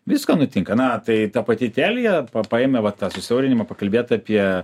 visko nutinka na tai ta pati telia paėmė va tą susiaurinimą pakalbėt apie